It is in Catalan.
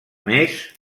més